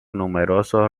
numerosos